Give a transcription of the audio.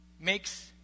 makes